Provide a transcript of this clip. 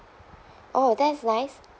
oh that's nice